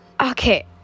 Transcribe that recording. Okay